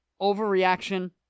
overreaction